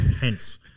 Hence